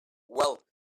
well